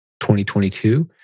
2022